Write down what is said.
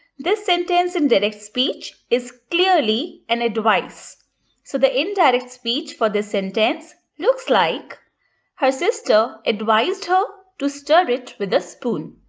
this sentence in direct speech is clearly an advice so the indirect speech for this sentence looks like her sister advised her to stir it with a spoon.